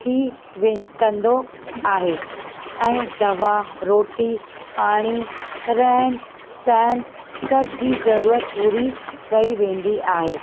थी वे कंदो आहे ऐं दवा रोटी पाणी रहनि सहनि सभ जी ज़रूरत पूरी कई वेंदी आहे